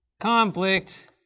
conflict